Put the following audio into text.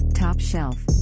Top-shelf